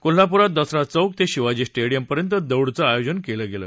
कोल्हापुरात दसरा चौक ते शिवाजी स्टेडियमपर्यंत दौडचं आयोजन केलं गेलं